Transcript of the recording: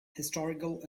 historical